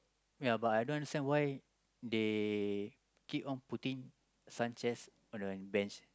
ya but I don't understand why they keep on putting sun chairs on the bench